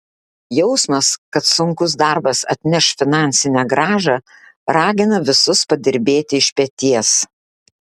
jausmas kad sunkus darbas atneš finansinę grąžą ragina visus padirbėti iš peties